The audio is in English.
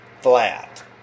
flat